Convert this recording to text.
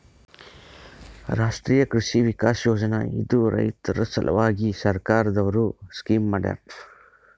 ರಾಷ್ಟ್ರೀಯ ಕೃಷಿ ವಿಕಾಸ್ ಯೋಜನಾ ಇದು ರೈತರ ಸಲ್ವಾಗಿ ಸರ್ಕಾರ್ ದವ್ರು ಸ್ಕೀಮ್ ಮಾಡ್ಯಾರ